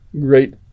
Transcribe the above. great